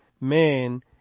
man